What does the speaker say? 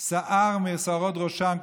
שערה משערות ראשם,